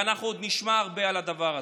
ואנחנו עוד נשמע הרבה על הדבר הזה.